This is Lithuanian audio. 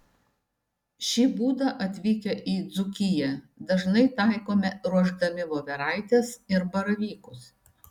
šį būdą atvykę į dzūkiją dažnai taikome ruošdami voveraites ir baravykus